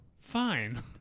fine